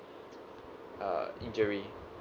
uh injury